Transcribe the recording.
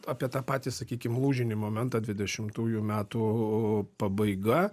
apie tą patį sakykim lūžinį momentą dvidešimtųjų metų pabaiga